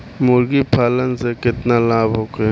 मुर्गीपालन से केतना लाभ होखे?